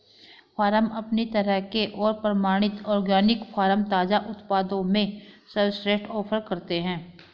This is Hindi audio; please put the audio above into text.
फ़ार्म अपनी तरह के और प्रमाणित ऑर्गेनिक फ़ार्म ताज़ा उत्पादों में सर्वश्रेष्ठ ऑफ़र करते है